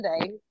today